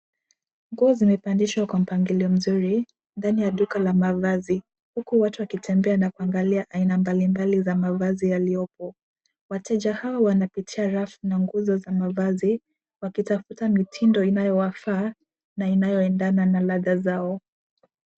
Nguo zimepangishwa kwa mpangilio mzuri ndani ya duka la mavazi huku watu wakitembea na kuangali aina mbalimbali za mavazi yaliyopo. Wateja hawa wanapitia rafu na nguzo za mavazi wakitafuta mitindo inayowafaa na inayoendana na ladha zao.